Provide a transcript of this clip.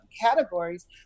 categories